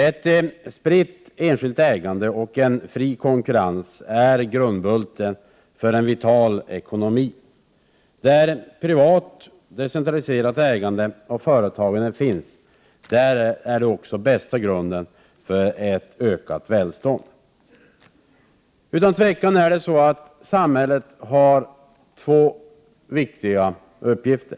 Ett spritt enskilt ägande och en fri konkurrens är grundbulten i en vital ekonomi. Där privat decentraliserat ägande och företagande finns, där finns också den bästa grunden för ett ökat välstånd. Utan tvivel har samhället två viktiga uppgifter.